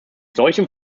solchen